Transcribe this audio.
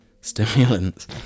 Stimulants